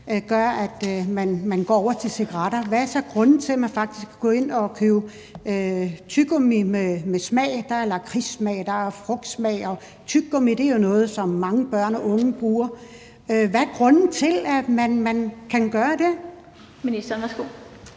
gør, at man går over til cigaretter, hvad er så grunden til, at man faktisk kan gå ind og købe tyggegummi med smag? Der er lakridssmag, og der er frugtsmag, og tyggegummi er jo noget, som mange børn og unge bruger. Hvad er grunden til, at man kan gøre det? Kl. 16:39 Den fg.